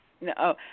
No